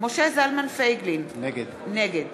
משה זלמן פייגלין, נגד